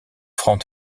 francs